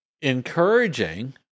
encouraging